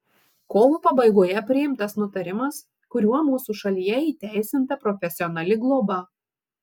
kovo pabaigoje priimtas nutarimas kuriuo mūsų šalyje įteisinta profesionali globa